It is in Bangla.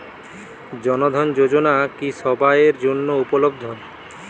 জন ধন যোজনা কি সবায়ের জন্য উপলব্ধ?